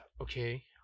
Okay